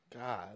God